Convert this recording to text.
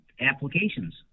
applications